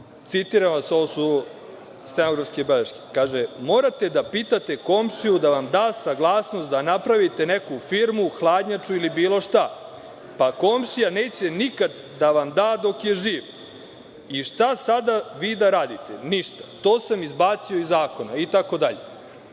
Citiram vas: „Morate da pitate komšiju da vam da saglasnost da napravite neku firmu, hladnjaču ili bilo šta. Komšija neće nikad da vam da dok je živ. Šta sada vi da radite? Ništa. To sam izbacio iz zakona…“ itd.